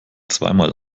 zweimal